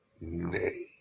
Nay